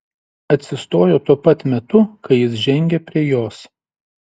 atsistojo tuo pat metu kai jis žengė prie jos